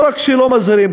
לא רק שלא מזהירים,